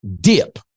dip